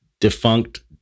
defunct